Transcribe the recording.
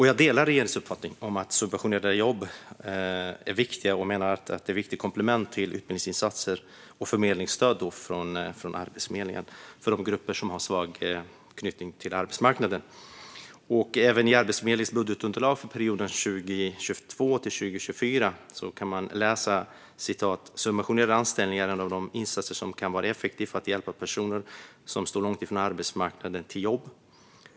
Jag delar regeringens uppfattning att subventionerade jobb är viktiga, och jag menar att de är ett viktigt komplement till utbildningsinsatser och förmedlingsstöd från Arbetsförmedlingen för de grupper som har svag anknytning till arbetsmarknaden. Även i Arbetsförmedlingens budgetunderlag för perioden 2022-2024 kan man läsa att subventionerade anställningar är en av de insatser som kan vara effektiva för att hjälpa personer som står långt ifrån arbetsmarknaden till jobb.